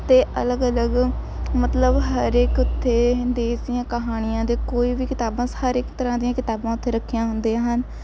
ਅਤੇ ਅਲੱਗ ਅਲੱਗ ਮਤਲਬ ਹਰ ਇੱਕ ਉੱਥੇ ਦੇਸ ਦੀਆਂ ਕਹਾਣੀਆਂ ਦੇ ਕੋਈ ਵੀ ਕਿਤਾਬਾਂ ਹਰ ਇੱਕ ਤਰ੍ਹਾਂ ਦੀਆਂ ਕਿਤਾਬਾਂ ਉੱਥੇ ਰੱਖੀਆਂ ਹੁੰਦੀਆਂ ਹਨ